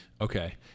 Okay